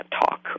talk